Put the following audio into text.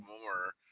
more